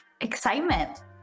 Excitement